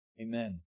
Amen